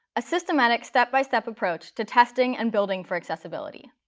a systematic step-by-step approach to testing and building for accessibility.